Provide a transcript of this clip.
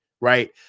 right